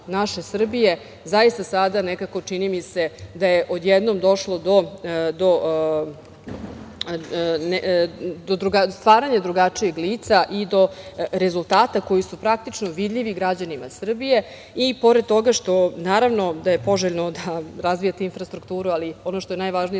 naše Srbije zaista sada nekako, čini mi se, da je odjednom došlo do stvaranja drugačijeg lica i do rezultata koji su praktično vidljivi građanima Srbije i pored toga što naravno da je poželjno da razvijate infrastrukturu, ali ono što je najvažnije